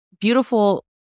beautiful